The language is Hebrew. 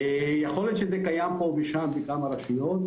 יכול להיות שזה קיים פה ושם בכמה רשויות.